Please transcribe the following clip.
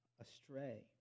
astray